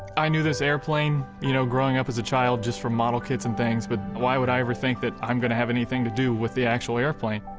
i knew this airplane you know growing up as a child just from model kits and things, but why would i ever think that i'm gonna have anything to do with the actual airplane?